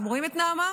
אתם רואים את נעמה?